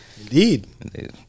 indeed